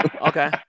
Okay